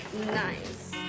nice